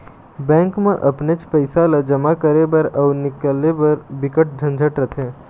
bank म अपनेच पइसा ल जमा करे बर अउ निकाले बर बिकट झंझट रथे